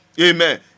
Amen